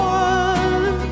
one